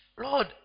Lord